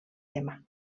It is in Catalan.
tema